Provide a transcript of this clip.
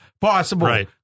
possible